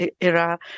era